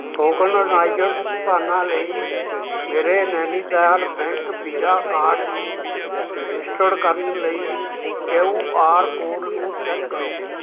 tokenised ਭੁਗਤਾਨਾਂ ਲਈ ਮੇਰੇ ਨੈਨੀਤਾਲ ਬੈਂਕ ਬੀਜ਼ਾ ਕਾਰਡ ਨੂੰ ਰਜਿਸਟਰਡ ਕਰਨ ਲਈ ਕੇਊ ਆਰ ਕੋਡ ਨੂੰ ਸਕਿਨ ਕਰੋ